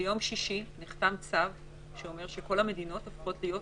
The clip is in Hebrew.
ביום שישי נחתם צו שאומר שכל המדינות הופכות לאדומות.